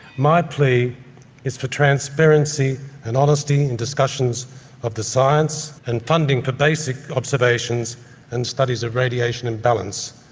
my plea is for transparency and honesty in discussions of the science and funding for basic observations and studies of radiation and balance,